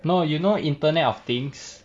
no you know internet of things